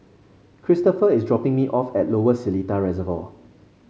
Kristopher is dropping me off at Lower Seletar Reservoir